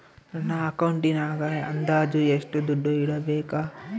ನನ್ನ ಅಕೌಂಟಿನಾಗ ಅಂದಾಜು ಎಷ್ಟು ದುಡ್ಡು ಇಡಬೇಕಾ?